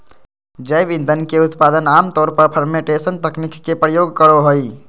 जैव ईंधन के उत्पादन आम तौर पर फ़र्मेंटेशन तकनीक के प्रयोग करो हइ